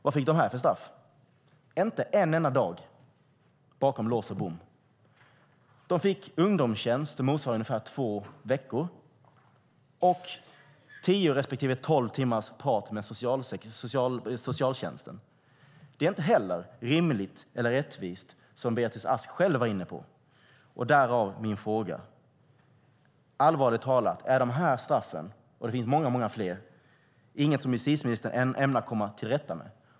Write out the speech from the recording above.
Vad fick de för straff? De fick inte en enda dag bakom lås och bom. De fick ungdomstjänst som motsvarar ungefär två veckor och tio respektive tolv timmars prat med socialtjänsten. Det är inte heller rimligt eller rättvist, som Beatrice Ask själv var inne på - därav min fråga. Allvarligt talat: Är de här straffen - och det finns många fler - inget som justitieministern ämnar komma till rätta med?